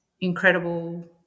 incredible